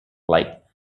like